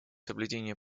соблюдение